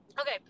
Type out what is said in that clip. Okay